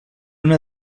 una